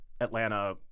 Atlanta